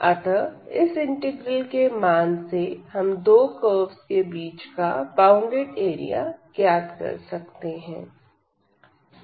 अतः इस इंटीग्रल के मान से हम दो कर्वस के बीच का बॉउंडेड एरिया ज्ञात कर सकते हैं